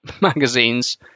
magazines